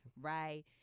Right